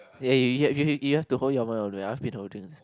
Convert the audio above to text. eh you h~ you h~ you have to hold your mic on don't ask me to hold things